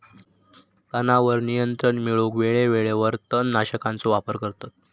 तणावर नियंत्रण मिळवूक वेळेवेळेवर तण नाशकांचो वापर करतत